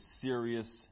serious